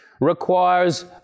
requires